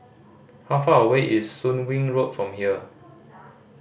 how far away is Soon Wing Road from here